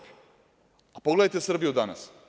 Pogledajte Srbiju danas.